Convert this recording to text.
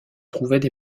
trouvaient